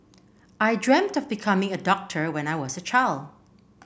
I dreamt of becoming a doctor when I was a child